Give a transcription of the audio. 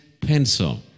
pencil